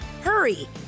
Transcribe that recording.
Hurry